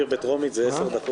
ההצבעות?